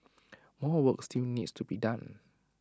more work still needs to be done